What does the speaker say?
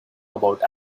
about